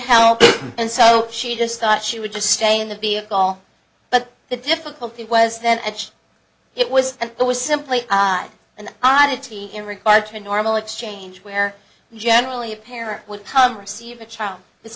help and so she just thought she would just stay in the vehicle but the difficulty was that it was and it was simply an oddity in regard to a normal exchange where generally a parent would come receive the child